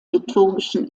liturgischen